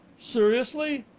seriously?